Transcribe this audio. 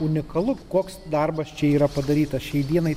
unikalu koks darbas čia yra padarytas šiai dienai